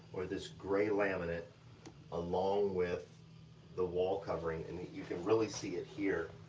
or this gray laminate along with the wall covering, and that you can really see it here,